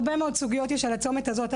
הרבה מאוד סוגיות יש על הצומת הזאת.